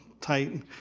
tight